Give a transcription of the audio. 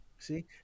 See